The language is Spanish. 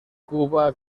cuba